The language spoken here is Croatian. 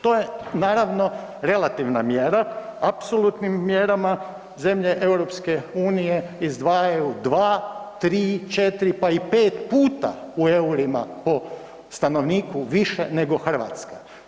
To je naravno relativna mjera, apsolutnim mjerama zemlje EU izdvajaju 2, 3, 4 pa i 5 puta u EUR-ima po stanovniku više nego Hrvatska.